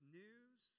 news